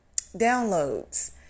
downloads